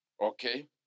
okay